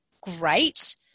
great